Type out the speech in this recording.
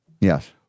Yes